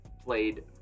played